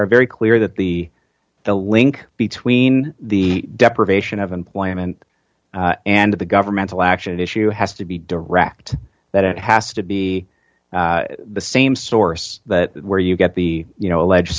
very clear that the the link between the deprivation of employment and the governmental action issue has to be direct that it has to be the same source that where you get the you know allege